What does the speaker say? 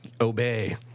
obey